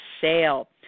sale